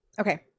Okay